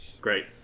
Great